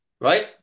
right